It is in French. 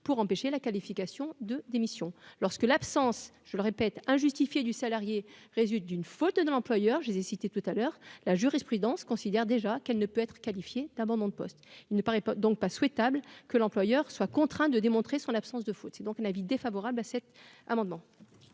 pour empêcher la qualification de démission lorsque l'absence, je le répète, injustifié du salarié résulte d'une faute de l'employeur, je les ai cité tout à l'heure, la jurisprudence considère déjà qu'elle ne peut être qualifiée d'abandon de poste, il ne paraît pas donc pas souhaitable que l'employeur soient contraints de démontrer son absence de foot, c'est donc un avis défavorable à cet amendement.